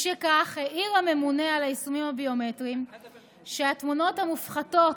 משכך העיר הממונה על היישומים הביומטריים שהתמונות המופחתות